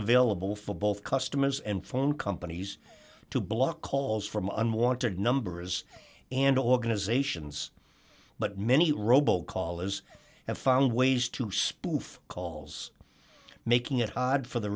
available for both customers and phone companies to block calls from unwanted numbers and organizations but many robo call is have found ways to spoof calls making it hard for the